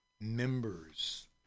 members